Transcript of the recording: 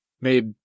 made